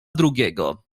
drugiego